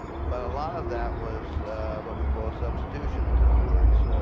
but a lot of that was what we call ah substitution. in other words,